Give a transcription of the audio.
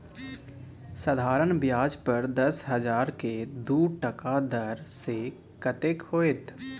साधारण ब्याज पर दस हजारक दू टका दर सँ कतेक होएत?